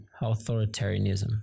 Authoritarianism